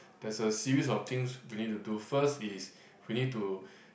there's a series of things we need to do first is we need to